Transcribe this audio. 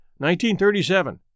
1937